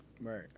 Right